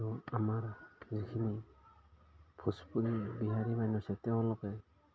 আৰু আমাৰ যিখিনি ভোজপুৰী বিহাৰী মানুহ আছে তেওঁলোকে